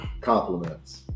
Compliments